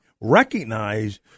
recognize